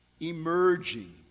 emerging